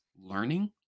learning